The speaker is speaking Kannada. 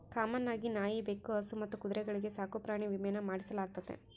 ಕಾಮನ್ ಆಗಿ ನಾಯಿ, ಬೆಕ್ಕು, ಹಸು ಮತ್ತು ಕುದುರೆಗಳ್ಗೆ ಸಾಕುಪ್ರಾಣಿ ವಿಮೇನ ಮಾಡಿಸಲಾಗ್ತತೆ